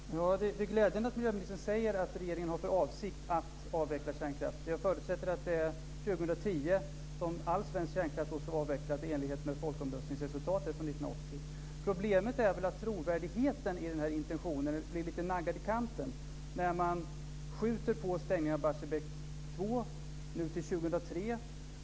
Fru talman! Det är glädjande att miljöministern säger att regeringen har för avsikt att avveckla kärnkraften. Jag förutsätter att all svensk kärnkraft ska vara avvecklad år 2010 i enlighet med folkomröstningsresultatet från 1980. Problemet är väl att trovärdigheten i den här intentionen blir lite naggad i kanten när man skjuter på att stänga Barsebäck 2 till 2003.